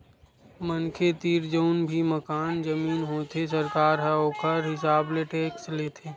मनखे तीर जउन भी मकान, जमीन होथे सरकार ह ओखर हिसाब ले टेक्स लेथे